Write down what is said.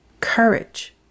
courage